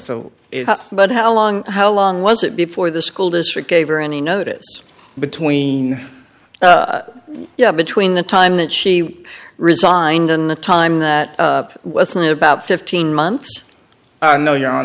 so but how long how long was it before the school district gave her any notice between between the time that she resigned and the time that was not about fifteen months i know you're o